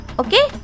okay